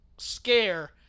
Scare